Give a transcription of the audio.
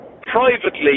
privately